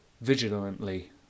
vigilantly